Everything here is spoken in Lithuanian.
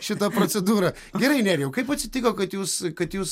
šitą procedūrą gerai nerijau kaip atsitiko kad jūs kad jūs